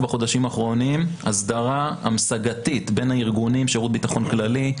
בחודשים האחרונים הסדרה המשגתית בין הארגונים שירות ביטחון כללי,